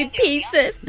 pieces